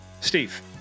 Steve